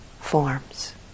forms